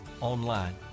online